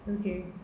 Okay